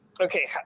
Okay